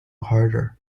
harder